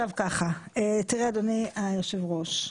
אדוני היושב ראש,